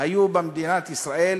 היו במדינת ישראל